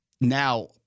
now